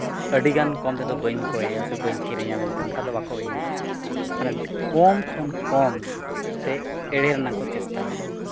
ᱟᱹᱰᱤᱜᱟᱱ ᱠᱚᱢ ᱛᱮᱫᱚ ᱵᱟᱹᱧ ᱠᱚᱭᱮᱭᱟ ᱥᱮ ᱵᱟᱹᱧ ᱠᱤᱨᱤᱧᱟ ᱢᱮᱱᱛᱮ ᱚᱱᱠᱟ ᱫᱚ ᱵᱟᱠᱚ ᱩᱭᱦᱟᱹᱨᱟ ᱚᱱᱟ ᱠᱚᱢ ᱠᱷᱚᱱ ᱠᱚᱢᱛᱮ ᱮᱲᱮ ᱨᱮᱱᱟᱝ ᱠᱚ ᱪᱮᱥᱴᱟᱭᱟ